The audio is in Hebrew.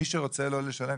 מי שרוצה לא לשלם,